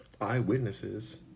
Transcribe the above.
eyewitnesses